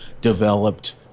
developed